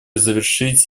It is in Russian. завершить